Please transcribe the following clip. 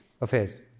affairs